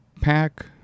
pack